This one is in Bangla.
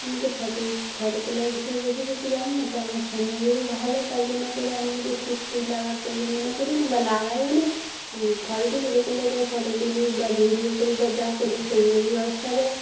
আমি তো ফটোর ফোটো তোলার বিষয়ে বেশি কিছু জানি না তাই আমার ফোন মেমোরি ভালো তাই জন্য করে আমি যে চিপ ফিপ লাগার প্রয়োজন মনে করি না বা লাগাইওনে ফোটো তুলি যে কলটা যাই ফোটো তুলি বা ভিডিও করি বা যা করি ফেসবুকেই হোয়াটসঅ্যাপে